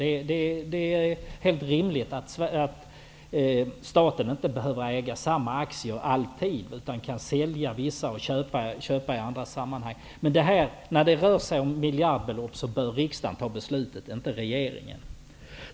Det är helt rimligt att staten inte behöver äga samma aktier alltid, utan kan sälja vissa och köpa andra. Men när det rör sig om miljardbelopp bör riksdagen fatta beslutet och inte regeringen.